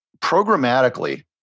programmatically